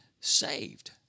saved